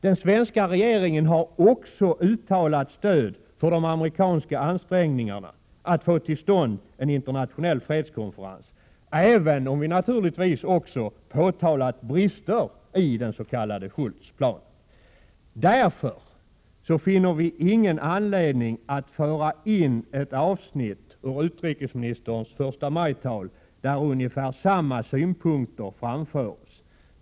Den svenska regeringen har också uttalat stöd för de amerikanska ansträngningarna att få till stånd en internationell fredskonferens, även om 87 Prot. 1987/88:129 det naturligtvis också påtalats brister i den s.k. Shultz-planen. Därför finner vi ingen anledning att föra in ett avsnitt ur utrikesministerns 1 maj-tal, där ungefär samma synpunkter framförs.